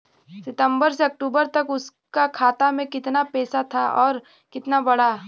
सितंबर से अक्टूबर तक उसका खाता में कीतना पेसा था और कीतना बड़ा?